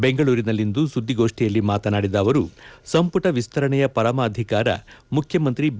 ಬೆಂಗಳೂರಿನಲ್ಲಿಂದು ಸುದ್ದಿಗೋಷ್ಠಿಯಲ್ಲಿ ಮಾತನಾದಿದ ಅವರು ಸಂಪುಟ ವಿಸ್ತರಣೆಯ ಪರಮಾಧಿಕಾರ ಮುಖ್ಯಮಂತ್ರಿ ಬಿ